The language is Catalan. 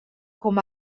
com